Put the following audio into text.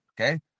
okay